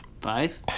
Five